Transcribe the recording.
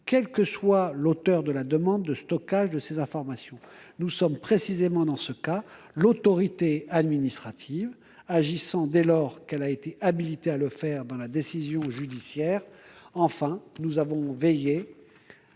quel que soit l'auteur de la demande de stockage de ces informations. Nous sommes précisément dans ce cas, l'autorité administrative agissant dès lors qu'elle a été habilitée à le faire dans la décision judiciaire. Enfin, nous avons veillé